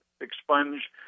expunge